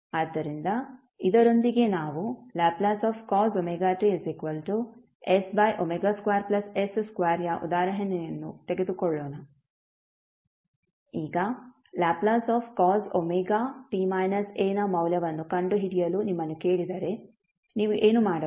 ಆದ್ದರಿಂದ ಇದರೊಂದಿಗೆ ನಾವು Lcos ωt s2s2 ಯ ಉದಾಹರಣೆಯನ್ನು ತೆಗೆದುಕೊಳ್ಳೋಣ ಈಗ Lcos ω ನ ಮೌಲ್ಯವನ್ನು ಕಂಡುಹಿಡಿಯಲು ನಿಮ್ಮನ್ನು ಕೇಳಿದರೆ ನೀವು ಏನು ಮಾಡಬೇಕು